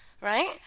right